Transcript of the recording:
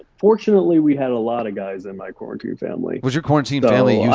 fortunately, we had a lot of guys in my quarantine family. was your quarantine family